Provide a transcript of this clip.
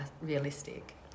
realistic